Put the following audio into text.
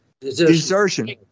desertion